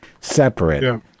separate